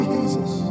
Jesus